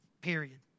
Period